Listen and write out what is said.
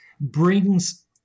brings